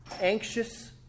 anxious